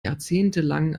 jahrzehntelang